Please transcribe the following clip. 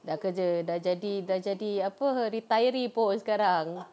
sudah kerja sudah jadi sudah jadi apa retiree pun sekarang